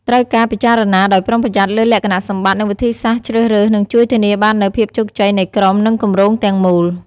ត្រូវការពិចារណាដោយប្រុងប្រយ័ត្នលើលក្ខណៈសម្បត្តិ និងវិធីសាស្រ្តជ្រើសរើសនឹងជួយធានាបាននូវភាពជោគជ័យនៃក្រុម និងគម្រោងទាំងមូល។